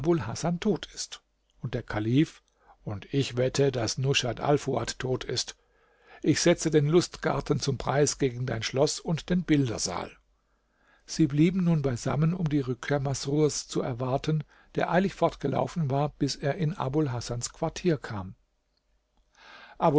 hasan tot ist und der kalif und ich wette daß rushat alfuad tot ist ich setze den lustgarten zum preis gegen dein schloß und den bildersaal sie blieben nun beisammen um die rückkehr masrurs zu erwarten der eilig fortgelaufen war bis er in abul hasans quartier kam